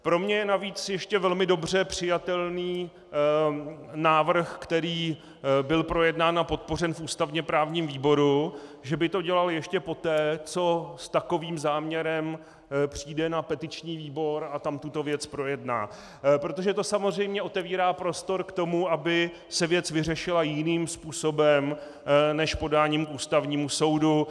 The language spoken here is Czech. Pro mě je navíc ještě velmi dobře přijatelný návrh, který byl projednán a podpořen v ústavněprávním výboru, že by to dělal ještě poté, co s takovým záměrem přijde na petiční výbor a tam tuto věc projedná, protože to samozřejmě otevírá prostor k tomu, aby se věc vyřešila jiným způsobem než podáním k Ústavnímu soudu.